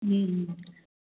હમ